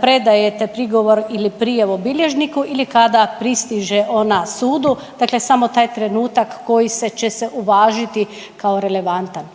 predajete prigovor ili prijavu bilježniku ili kada pristiže ona sudu. Dakle, samo taj trenutak koji će se uvažiti kao relevantan.